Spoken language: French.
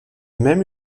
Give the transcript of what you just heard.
même